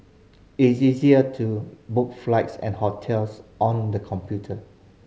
it is easy to book flights and hotels on the computer